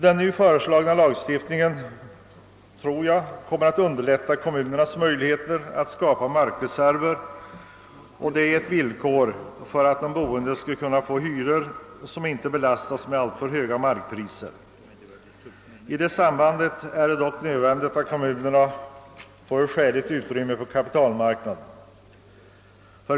Den nu föreslagna lagstiftningen kommer att underlätta kommunernas möjligheter att skapa markreserver, vilket är ett villkor för att de boende skall få hyror som inte belastas av alltför höga markpriser. I detta sammanhang är det nödvändigt att kommunerna får ett skäligt utrymme på kapitalmarknaden.